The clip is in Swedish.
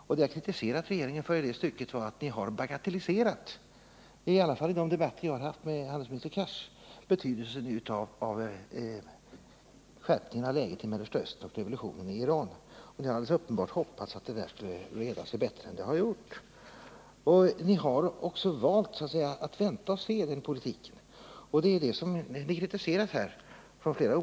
Vad vi har kritiserat regeringen för i det stycket är att regeringen har bagatelliserat — i varje fall gäller det de debatter jag har haft med handelsminister Cars — betydelsen av skärpningen av läget i Mellersta Östern och revolutionen i Iran. Ni har uppenbarligen hoppats att det skulle reda upp sig bättre än det har gjort, och ni har så att säga valt politiken att vänta och se. Det är det som vi i olika sammanhang har kritiserat.